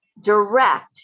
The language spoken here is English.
direct